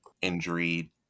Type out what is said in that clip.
injury